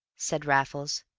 said raffles.